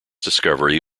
discovery